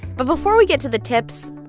but before we get to the tips,